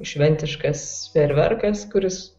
šventiškas fejerverkas kuris